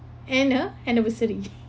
and a anniversary